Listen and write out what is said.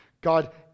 God